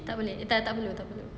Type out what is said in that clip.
tak boleh tak perlu tak perlu